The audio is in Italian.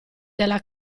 della